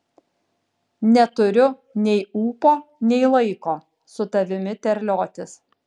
neturiu nei ūpo nei laiko su tavimi terliotis